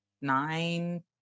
nine